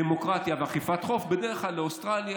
דמוקרטיה ואכיפת חוק עיניי נשואות בדרך כלל לאוסטרליה,